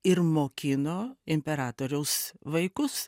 ir mokino imperatoriaus vaikus